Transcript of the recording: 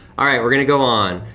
all right, we're gonna go on.